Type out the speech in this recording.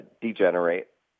degenerate